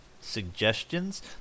suggestions